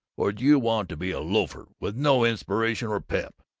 or do you want to be a loafer, with no inspiration or pep?